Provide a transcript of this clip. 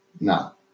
No